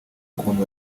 kuntu